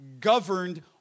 governed